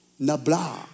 Nabla